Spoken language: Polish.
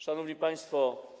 Szanowni Państwo!